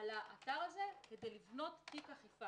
על האתר הזה כדי לאכוף,